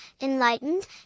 enlightened